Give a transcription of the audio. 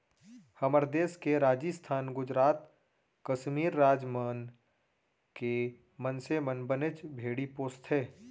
हमर देस के राजिस्थान, गुजरात, कस्मीर राज मन के मनसे मन बनेच भेड़ी पोसथें